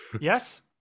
Yes